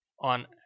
on